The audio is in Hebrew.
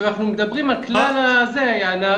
כשאנחנו מדברים על כלל הנערים,